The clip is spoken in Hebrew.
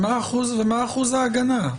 ומה אחוז ההגנה.